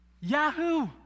Yahoo